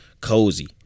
cozy